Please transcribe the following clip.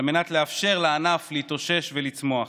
על מנת לאפשר לענף להתאושש ולצמוח.